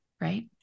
Right